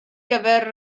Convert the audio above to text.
gyfer